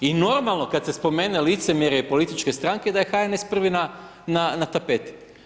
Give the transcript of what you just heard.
I normalno kad se spomene licemjerje i političke stranke da je HNS prvi na tapeti.